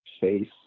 face